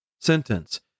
sentence